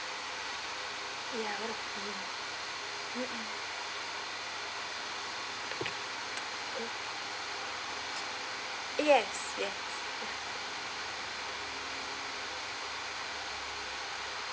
ya yes yes